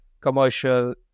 commercial